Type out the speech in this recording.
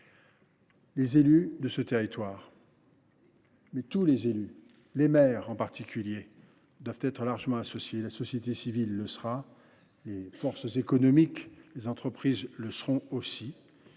les élus de ce territoire, les maires en particulier, devront être largement associés. La société civile le sera ; les forces économiques et les entreprises le seront aussi.